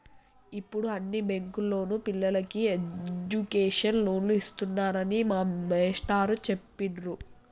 యిప్పుడు అన్ని బ్యేంకుల్లోనూ పిల్లలకి ఎడ్డుకేషన్ లోన్లు ఇత్తన్నారని మా మేష్టారు జెప్పిర్రు